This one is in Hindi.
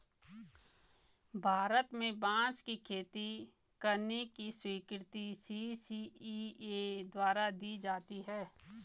भारत में बांस की खेती करने की स्वीकृति सी.सी.इ.ए द्वारा दी जाती है